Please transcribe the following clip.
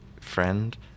friend